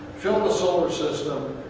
fill the solar system,